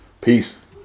Peace